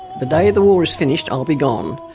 the day the war is finished i'll be gone,